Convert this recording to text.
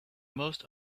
most